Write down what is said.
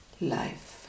life